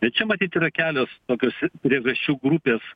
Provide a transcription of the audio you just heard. tai čia matyt yra kelios tokios priežasčių grupės